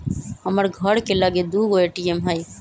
हमर घर के लगे दू गो ए.टी.एम हइ